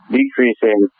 decreasing